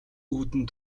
үүдэн